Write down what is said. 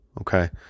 Okay